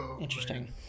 Interesting